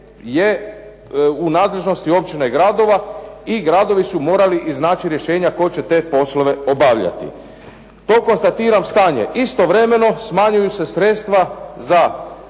je u nadležnosti općina i gradova i gradovi su morali iznaći rješenja tko će te poslove obavljati. To konstatiram stanje. Istovremeno smanjuju se sredstva za